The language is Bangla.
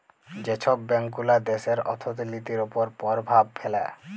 যে ছব ব্যাংকগুলা দ্যাশের অথ্থলিতির উপর পরভাব ফেলে